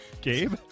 Gabe